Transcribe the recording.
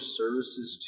services